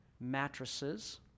Mattresses